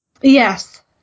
Yes